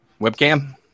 webcam